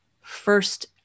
first